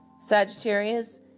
Sagittarius